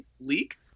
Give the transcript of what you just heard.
leak